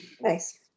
nice